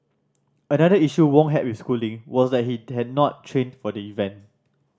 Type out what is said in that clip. another issue Wong had with Schooling was that he had not trained for the event